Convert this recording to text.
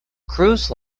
cruise